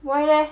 why leh